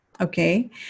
okay